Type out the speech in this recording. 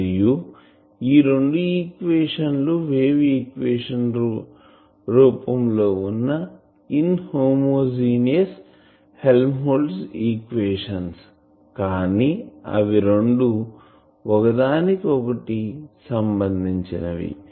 మరియు ఈ రెండు ఈక్వేషన్ లు వేవ్ ఈక్వేషన్ రూపం లో వున్నా ఇన్ హోమోజీనియస్ హెల్మ్హోల్ట్జ్ ఈక్వేషన్ కానీ అవి రెండు ఒకదానికి ఒకటి సంబందించినవి